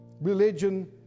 Religion